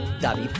David